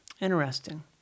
Interesting